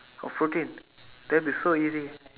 of protein that will be so easy